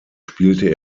spielte